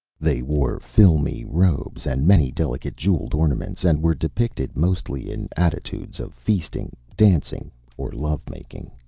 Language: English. they wore filmy robes and many delicate jeweled ornaments, and were depicted mostly in attitudes of feasting, dancing or love-making.